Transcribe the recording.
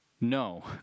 No